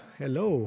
hello